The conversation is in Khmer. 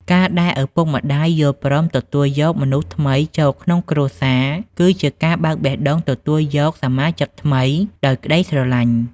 ការដែលឪពុកម្ដាយយល់ព្រមទទួលយកមនុស្សថ្មីចូលក្នុងគ្រួសារ គឺជាការបើកបេះដូងទទួលយកសមាជិកថ្មីដោយក្ដីស្រឡាញ់។